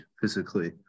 physically